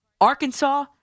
Arkansas